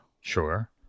sure